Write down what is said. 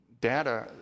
Data